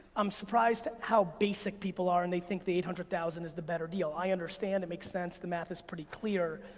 i'm surprised how basic people are, and they think the eight hundred thousand is the better deal. i understand it makes sense, the math is pretty clear,